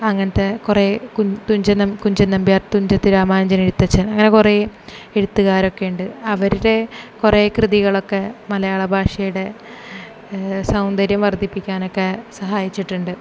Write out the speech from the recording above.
അങ്ങനത്തെ കുറേ കു തുഞ്ചൻ കുഞ്ചൻ നമ്പ്യാർ തുഞ്ചത്ത് രാമാനുജൻ എഴുത്തച്ഛൻ അങ്ങനെ കുറെ എഴുത്തുകാരൊക്കെ ഉണ്ട് അവരുടെ കുറേ കൃതികളൊക്കെ മലയാള ഭാഷയുടെ സൗന്ദര്യം വർദ്ധിപ്പിക്കാനൊക്കെ സഹായിച്ചിട്ടുണ്ട്